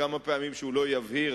כמה פעמים שהוא לא יבהיר,